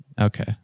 Okay